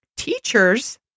Teachers